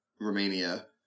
Romania